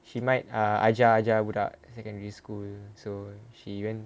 she might err ajar budak secondary school so she went